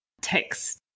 text